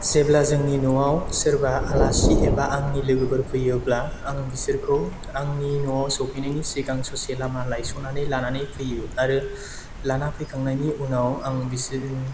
जेब्ला जोंनि न'आव सोरबा आलासि एबा आंनि लोगोफोर फैयो अब्ला आं बिसोरखौ आंनि न'आव सौफैनायनि सिगां ससे लामा लायस'नानै लानानै फैयो आरो लाना फैखांनायनि उनाव आं बिसोर